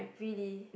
really